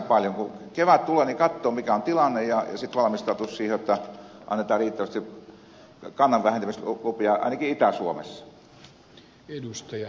kun kevät tulee niin katsotaan mikä on tilanne ja sitten valmistaudutaan siihen että annetaan riittävästi kannan vähentämislupia ainakin itä suomessa